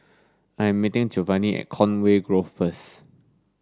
I am meeting Jovani at Conway Grove first